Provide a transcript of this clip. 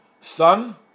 son